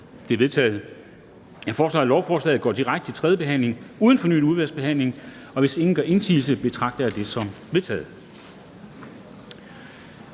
De er vedtaget. Jeg foreslår, at lovforslagene går direkte til tredje behandling uden fornyet udvalgsbehandling. Hvis ingen gør indsigelse, betragter jeg det som vedtaget.